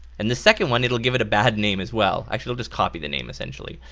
and the second one it'll give it a bad name as well. actually it'll just copy the name essentially.